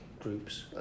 groups